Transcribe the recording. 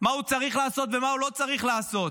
מה הוא צריך לעשות ומה הוא לא צריך לעשות,